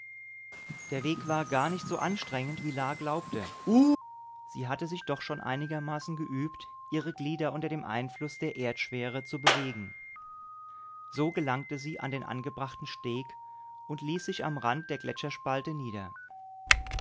der weg war gar nicht so anstrengend wie la glaubte sie hatte sich doch schon einigermaßen geübt ihre glieder unter dem einfluß der erdschwere zu bewegen so gelangte sie an den angebrachten steg und ließ sich am rand der gletscherspalte nieder